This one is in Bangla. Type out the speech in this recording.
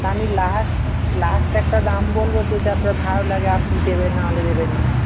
তা আমি লাস্ট লাস্ট একটা দাম বলব যদি আপনার ভালো লাগে আপনি দেবেন না হলে দেবেন না